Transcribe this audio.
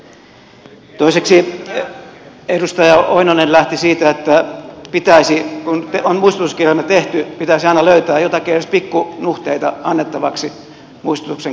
toiseksi edustaja oinonen lähti siitä että kun on muistutuskirjelmä tehty pitäisi aina löytää jotakin edes pikkunuhteita annettavaksi muistutuksen kohteesta